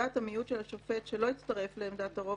דעת המיעוט של השופט שלא הצטרף לעמדת הרוב,